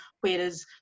whereas